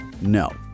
No